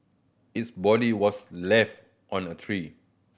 its body was left on a tree